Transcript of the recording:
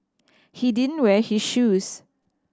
he didn't wear his shoes